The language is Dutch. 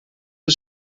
hij